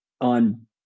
on